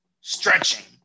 stretching